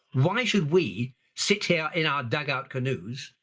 why should we sit here in our dugout canoes,